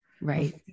Right